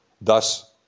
thus